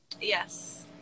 Yes